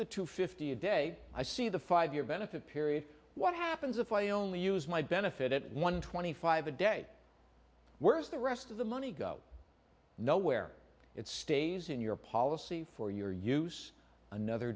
the two fifty a day i see the five year benefit period what happens if i only use my benefit at one twenty five a day whereas the rest of the money go nowhere it stays in your policy for your use another